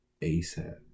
ASAP